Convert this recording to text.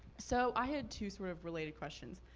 so i had two sort of related questions.